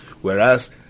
whereas